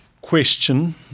question